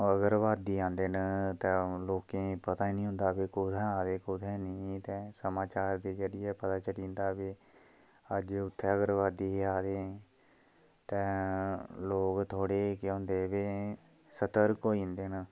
उग्रवादी आंदे न ते लोकें ई पता निं होंदा कि कु'त्थें आ दे कु'त्थें नेईं ते समाचार दे जरिये पता चली जंदा कि अज्ज उत्थें उग्रवादी आये दे ते लोग थोह्ड़े केह् होंदे कि सतर्क होई जंदे न